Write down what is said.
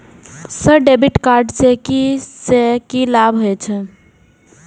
Sir debit card से की से की लाभ हे छे?